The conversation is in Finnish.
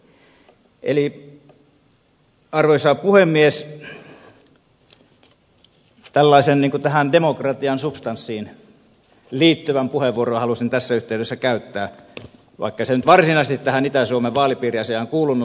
eli arvoisa puhemies tällaisen niin kuin tähän demokratian substanssiin liittyvän puheenvuoron halusin tässä yhteydessä käyttää vaikka se ei nyt varsinaisesti tähän itä suomen vaalipiiriasiaan kuulunut